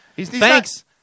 Thanks